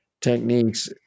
techniques